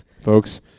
Folks